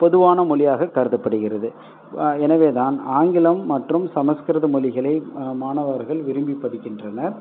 பொதுவான மொழியாக கருதப்படுகிறது எனவேதான் ஆங்கிலம் மற்றும் சம்ஸ்கிருத மொழிகளை மாணவர்கள் விரும்பி படிக்கின்றனர்